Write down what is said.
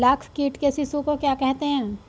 लाख कीट के शिशु को क्या कहते हैं?